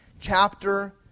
chapter